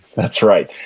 that's right.